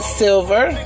silver